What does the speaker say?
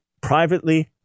privately